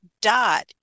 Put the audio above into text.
dot